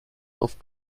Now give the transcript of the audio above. auf